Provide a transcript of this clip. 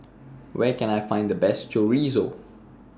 Where Can I Find The Best Chorizo